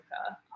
Africa